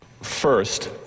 First